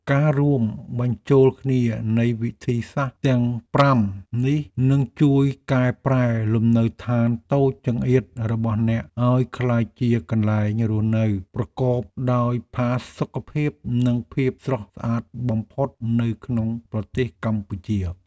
ការរួមបញ្ចូលគ្នានៃវិធីសាស្ត្រទាំងប្រាំនេះនឹងជួយកែប្រែលំនៅឋានតូចចង្អៀតរបស់អ្នកឱ្យក្លាយជាកន្លែងរស់នៅប្រកបដោយផាសុកភាពនិងភាពស្រស់ស្អាតបំផុតនៅក្នុងប្រទេសកម្ពុជា។